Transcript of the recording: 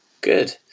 good